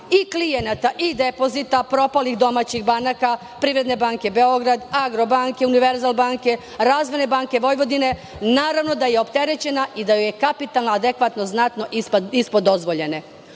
i klijenata i depozita propalih domaćih banaka - Privredne banke Beograd, Agrobanke, Univerzal banke, Razvojne banke Vojvodine, naravno da je opterećena i da joj je kapitalna adekvatnost znatno ispod dozvoljene.